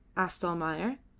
asked almayer.